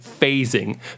phasing